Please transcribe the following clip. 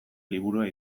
liburua